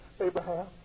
Abraham